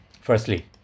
Firstly